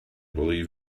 believe